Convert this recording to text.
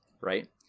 right